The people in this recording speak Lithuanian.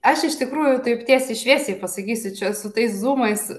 aš iš tikrųjų taip tiesiai šviesiai pasakysiu čia su tais zūmais